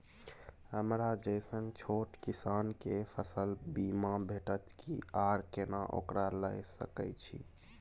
हमरा जैसन छोट किसान के फसल बीमा भेटत कि आर केना ओकरा लैय सकैय छि?